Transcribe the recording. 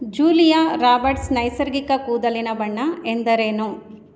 Julia Roberts ನೈಸರ್ಗಿಕ ಕೂದಲಿನ ಬಣ್ಣ ಎಂದರೇನು